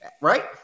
Right